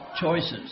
choices